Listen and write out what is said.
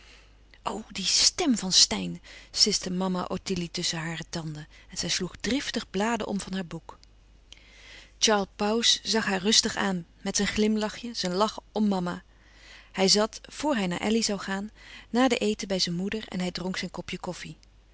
die stem van steyn siste mama ottilie tusschen hare tanden en zij sloeg driftig bladen om van haar boek charles pauws zag haar rustig aan met zijn glimlachje zijn lach om mama hij zat vr hij naar elly zoû gaan na den eten bij zijn moeder en hij dronk zijn kopje koffie